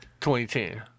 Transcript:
2010